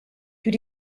you